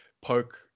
poke